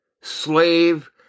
slave